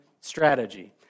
strategy